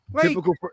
Typical